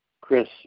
Chris